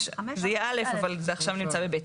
זה יהיה א, אבל זה עכשיו נמצא ב-ב'.